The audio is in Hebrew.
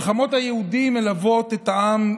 מלחמות היהודים מלוות את העם,